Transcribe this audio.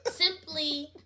simply